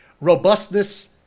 Robustness